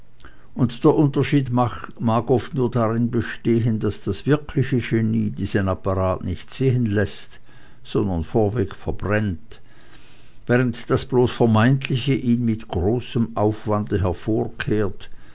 und der unterschied mag oft nur darin bestehen daß das wirkliche genie diesen apparat nicht sehen läßt sondern vorweg verbrennt während das bloß vermeintliche ihn mit großem aufwande hervorkehrt